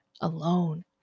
alone